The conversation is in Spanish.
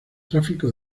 tráfico